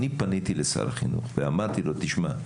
אני פניתי לשר החינוך ואמרתי לו תשמע,